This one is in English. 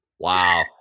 Wow